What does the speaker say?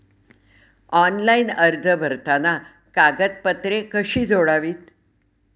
Online अर्ज भरताना कागदपत्रे कशी जोडावीत?